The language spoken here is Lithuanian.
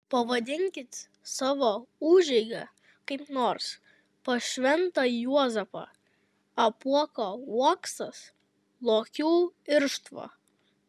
pavadinkit savo užeigą kaip nors pas šventą juozapą apuoko uoksas lokių irštva